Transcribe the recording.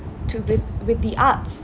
to the with the arts